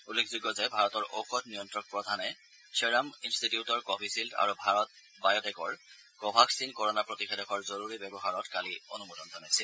উল্লেখযোগ্য যে ভাৰতৰ ঔষধ নিয়ন্ত্ৰক প্ৰধানে ছেৰাম ইসটিউটৰ কভিশ্বিল্ড আৰু ভাৰতৰ বায়টেকৰ ক ভাগ্পিন কৰনা প্ৰতিষেধকৰ জৰুৰী ব্যৱহাৰত কালি অনুমোদন জনাইছিল